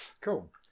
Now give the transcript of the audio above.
Cool